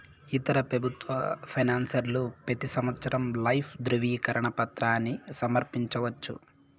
ఇతర పెబుత్వ పెన్సవర్లు పెతీ సంవత్సరం లైఫ్ దృవీకరన పత్రాని సమర్పించవచ్చు